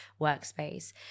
workspace